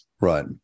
Right